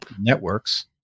networks